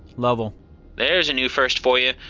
lovell there's a new first for you.